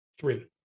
three